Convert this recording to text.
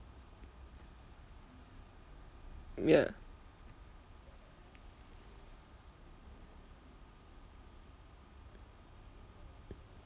mm ya